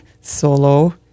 solo